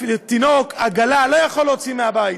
אפילו תינוק, עגלה, לא יכול להוציא מהבית.